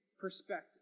perspective